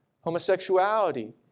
homosexuality